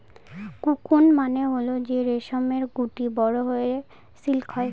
cocoon মানে হল যে রেশমের গুটি বড়ো হয়ে সিল্ক হয়